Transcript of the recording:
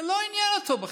זה לא עניין אותו בכלל.